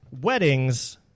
weddings